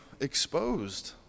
exposed